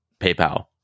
PayPal